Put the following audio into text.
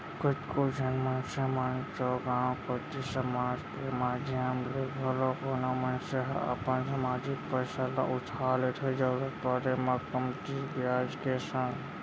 कतको झन मनसे मन तो गांव कोती समाज के माधियम ले घलौ कोनो मनसे ह अपन समाजिक पइसा ल उठा लेथे जरुरत पड़े म कमती बियाज के संग